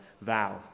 vow